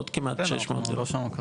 עוד כמעט 600 דירות.